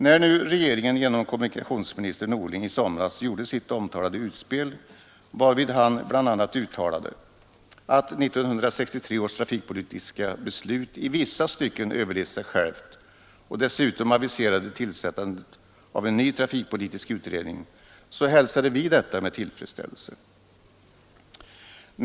När regeringen genom kommunikationsminister Norling i somras gjorde sitt omtalade utspel, varvid han bl.a. uttalade att 1963 års trafikpolitiska beslut i vissa stycken överlevt sig självt och dessutom aviserade tillsättandet av en ny trafikpolitisk utredning, hälsade vi detta med tillfredsställelse.